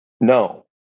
No